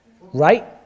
Right